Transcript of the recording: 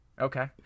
Okay